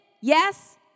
Yes